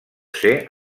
ser